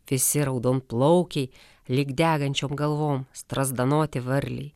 visi raudonplaukiai lyg degančiom galvom strazdanoti varliai